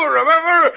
remember